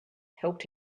helped